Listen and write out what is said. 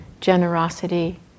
generosity